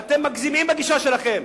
ואתם מגזימים בגישה שלכם.